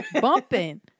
bumping